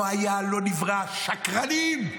לא היה, לא נברא, שקרנים.